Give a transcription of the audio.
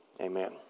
Amen